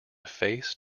face